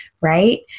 right